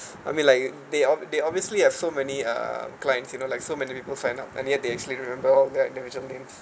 I mean like they ob~ they obviously have so many um clients you know like so many people sign up and yet they actually remember all their their names